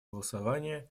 голосования